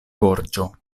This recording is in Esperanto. gorĝo